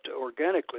organically